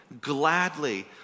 gladly